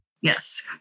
Yes